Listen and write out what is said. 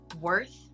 worth